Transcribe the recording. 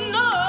no